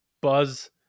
buzz